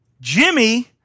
Jimmy